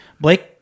Blake